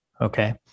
okay